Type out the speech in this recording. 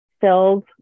filled